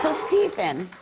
so stephen,